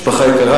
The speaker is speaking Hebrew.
משפחה יקרה,